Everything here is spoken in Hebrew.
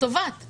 אני